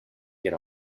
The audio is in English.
get